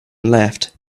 left